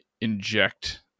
inject